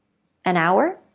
an hour?